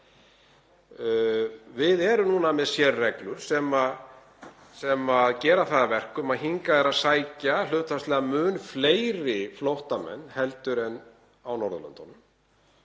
Við erum núna með sérreglur sem gera það að verkum að hingað sækja hlutfallslega mun fleiri flóttamenn en á Norðurlöndunum.